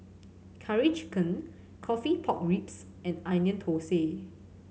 Curry Chicken coffee pork ribs and Onion Thosai